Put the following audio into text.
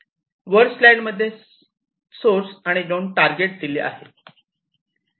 वर स्लाईड मध्ये सोर्स आणि दोन टार्गेट दिले आहे